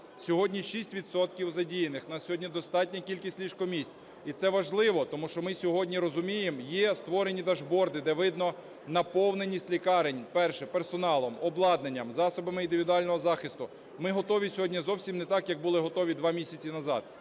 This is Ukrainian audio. відсотків задіяних, в нас сьогодні достатня кількість ліжко-місць. І це важливо, тому що ми сьогодні розуміємо, є створені дашборди, де видно наповненість лікарень: перше – персоналом, обладнанням, засобами індивідуального захисту. Ми готові сьогодні зовсім не так, як були готові 2 місяці назад,